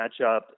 matchup